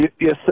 Yes